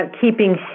keeping